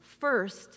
first